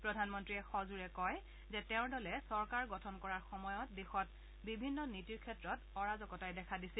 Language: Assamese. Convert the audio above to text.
প্ৰধানমন্ত্ৰীয়ে সজোৰে কয় যে তেওঁৰ দলে চৰকাৰ গঠন কৰাৰ সময়ত দেশত বিভিন্ন নীতিৰ ক্ষেত্ৰত অৰাজকতাই দেখা দিছিল